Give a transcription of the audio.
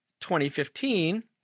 2015